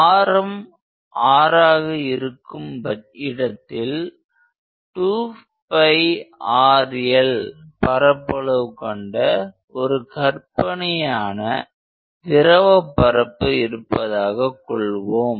ஆரம் r ஆக இருக்கும் இடத்தில் 2πrl பரப்பளவு கொண்ட ஒரு கற்பனையான திரவ பரப்பு இருப்பதாகக் கொள்வோம்